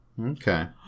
Okay